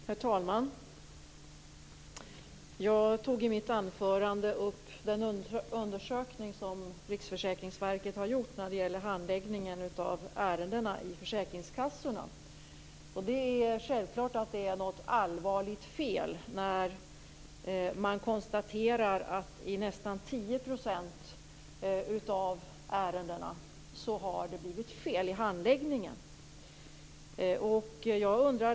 Herr talman! Jag tog i mitt huvudanförande upp den undersökning som Riksförsäkringsverket har gjort när det gäller handläggningen av ärenden hos försäkringskassorna. Självfallet är det ett allvarligt fel när man konstaterar att det har blivit fel i handläggningen i nästan 10 % av ärendena.